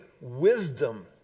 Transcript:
wisdom